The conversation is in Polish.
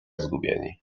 zgubieni